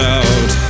out